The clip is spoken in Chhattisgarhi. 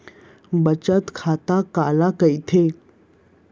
बचत खाता काला कहिथे?